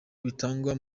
bitangwa